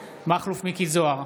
זוהר,